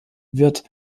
wird